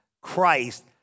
Christ